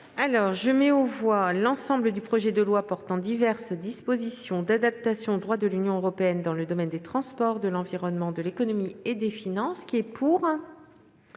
jour appelle la discussion du projet de loi portant diverses dispositions d'adaptation au droit de l'Union européenne dans le domaine des transports, de l'environnement, de l'économie et des finances (projet n°